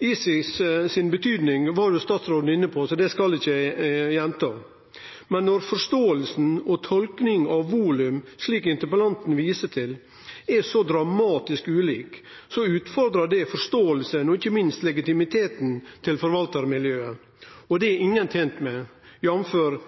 Betydninga av ICES var statsråden inne på, så det skal eg ikkje gjenta. Men når forståinga og tolkinga av volum, slik interpellanten viser til, er så dramatisk ulik, utfordrar det forståinga og ikkje minst legitimiteten til forvaltarmiljøet, og det er